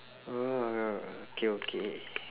okay okay